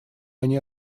они